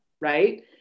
Right